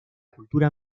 cultura